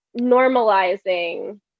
normalizing